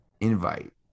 invite